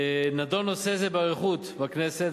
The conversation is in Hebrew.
נדון נושא זה באריכות בכנסת,